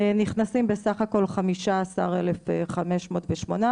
נכנסים בסך הכל 15,508 אנשים.